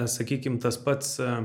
sakykim tas pats